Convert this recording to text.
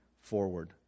forward